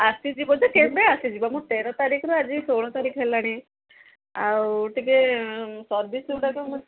ଆସିଯିବ ଯେ କେବେ ଆସିଯିବ ମୁଁ ତେର ତାରିଖରୁ ଆଜି ଷୋଳ ତାରିଖ ହେଲାଣି ଆଉ ଟିକେ ସର୍ଭିସ୍ ଯେଉଁଗୁଡ଼ାକ